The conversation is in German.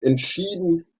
entschieden